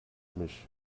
mich